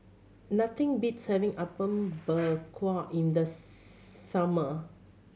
nothing beats having Apom Berkuah in the summer